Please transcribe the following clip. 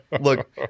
look